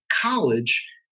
college